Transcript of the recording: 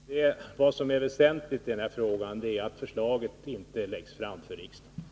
Herr talman! Vad som är väsentligt i den här frågan är att förslaget inte läggs fram för riksdagen.